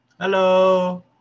Hello